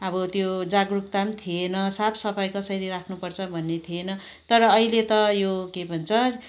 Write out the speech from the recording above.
अब त्यो जागरुकता पनि थिएन साफ सफाई कसरी राख्नु पर्छ भन्ने थिएन तर अहिले त यो के भन्छ